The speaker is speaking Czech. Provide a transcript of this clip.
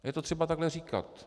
A je to třeba takhle říkat.